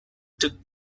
took